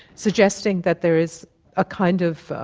suggesting that there is a kind of,